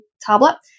tablet